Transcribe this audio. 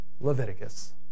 Leviticus